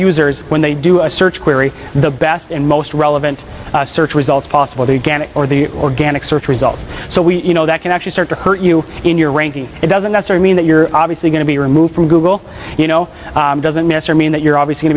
users when they do a search query the best and most relevant search results possible to get it or the organic search results so we you know that can actually start to hurt you in your ranking it doesn't necessarily mean that you're obviously going to be removed from google you know doesn't mr mean that you're